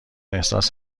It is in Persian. احساس